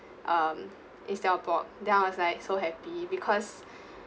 um instead pork hen I was like so happy because